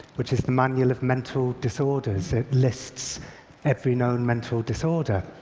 which is the manual of mental disorders. it lists every known mental disorder.